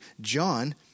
John